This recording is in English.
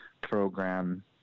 program